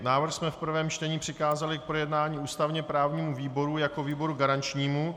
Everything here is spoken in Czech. Návrh jsme v prvém čtení přikázali k projednání ústavněprávnímu výboru jako výboru garančnímu.